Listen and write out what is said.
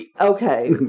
Okay